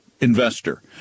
investor